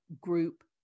group